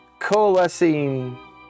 coalescing